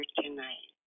tonight